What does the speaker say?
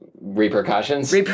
Repercussions